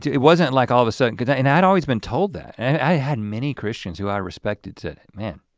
it wasn't like all of a sudden cause i mean i'd always been told that and i had many christians who i respected said man,